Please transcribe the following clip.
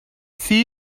see